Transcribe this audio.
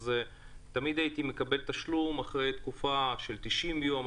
תמיד הייתי מקבל תשלום אחרי תקופה של תשעים יום.